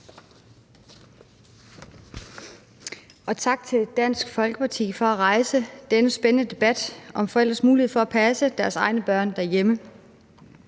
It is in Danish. og tak til Dansk Folkeparti for at rejse denne spændende debat om forældres mulighed for at passe deres egne børn derhjemme.